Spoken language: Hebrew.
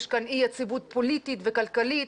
יש כאן אי יציבות פוליטית וכלכלית,